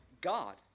god